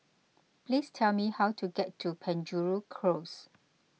please tell me how to get to Penjuru Close